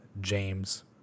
James